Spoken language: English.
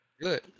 Good